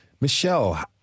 Michelle